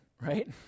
right